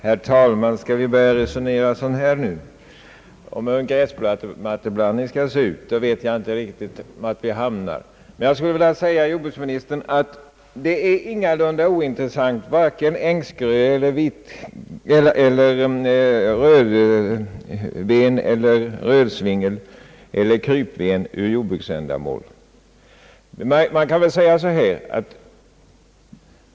Herr talman! Skall vi här börja resonera om hur en gräsmatteblandning skall se ut, vet jag inte riktigt var vi kan hamna. Jag skulle dock vilja säga till jordbruksministern, att för jordbruksändamål är det ingalunda ointressant med vare sig ängsgröe, rödven, rödsvingel eller krypven.